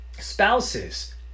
Spouses